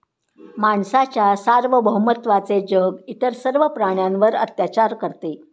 माणसाच्या सार्वभौमत्वाचे जग इतर सर्व प्राण्यांवर अत्याचार करते